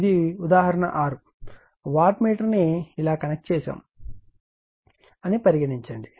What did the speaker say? ఇది ఉదాహరణ 6 watt meter ను ఇలా కనెక్ట్ చేసాం అని పరిగణించండి